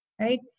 right